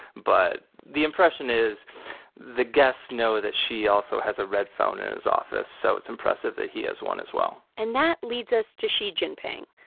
but the impression is the guests know that xi also has a red phone in his office, so it's impressive that ye has one as well and that leads us to xi jinping,